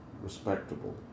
respectable